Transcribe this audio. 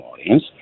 audience